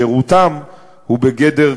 שירותם הוא בגדר,